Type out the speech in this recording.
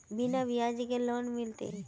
बिना ब्याज के लोन मिलते?